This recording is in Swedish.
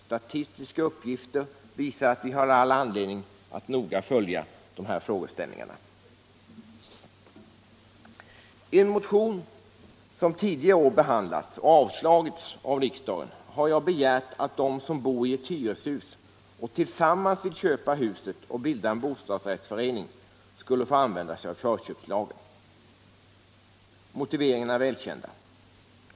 Statistiska uppgifter visar att vi har all anledning att noga följa dessa frågeställningar. I en motion som tidigare i år har behandlats och avslagits av riksdagen har jag begärt att de som bor i hyreshus och tillsammans vill köpa huset och bilda en bostadsrättsförening skulle få använda sig av förköpslagen. Motiveringarna är välkända.